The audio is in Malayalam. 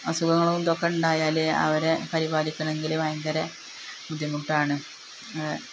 അസുഖങ്ങളും ഇതൊക്കെ ഉണ്ടായാല് അവരെ പരിപാലിക്കണമെങ്കില് ഭയങ്കര ബുദ്ധിമുട്ടാണ്